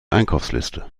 einkaufsliste